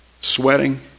Sweating